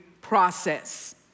process